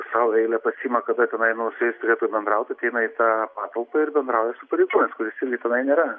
sau eilę pasiima kada tenai nu su jais turėtų bendrauti ateina į tą patalpą bendrauja su pareigūnais kuris irgi tenai nėra